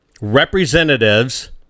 representatives